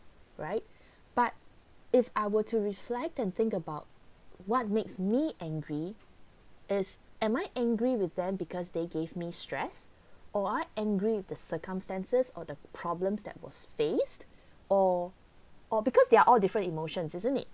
right but if I were to reflect and think about what makes me angry is am I angry with them because they gave me stress or I angry with the circumstances or the problems that was faced or or because they're all different emotions isn't it